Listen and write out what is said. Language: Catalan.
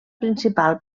principal